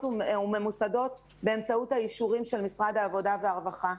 וממוסדות באמצעות האישורים של משרד העבודה והרווחה.